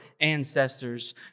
ancestors